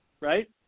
right